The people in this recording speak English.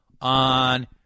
on